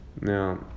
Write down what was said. now